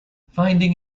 finding